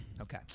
Okay